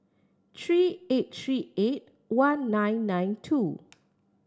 three eight three eight one nine nine two